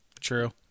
True